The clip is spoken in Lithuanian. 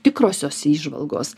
tikrosios įžvalgos